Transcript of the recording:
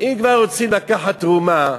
אם כבר רוצים לקחת תרומה,